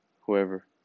whoever